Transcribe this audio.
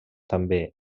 també